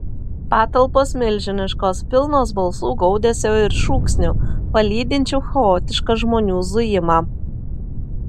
patalpos milžiniškos pilnos balsų gaudesio ir šūksnių palydinčių chaotišką žmonių zujimą